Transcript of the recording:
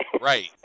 Right